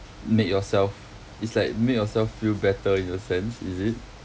make yourself it's like make yourself feel better in a sense is it